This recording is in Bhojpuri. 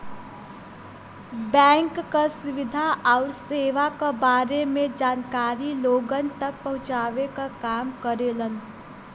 बैंक क सुविधा आउर सेवा क बारे में जानकारी लोगन तक पहुँचावे क काम करेलन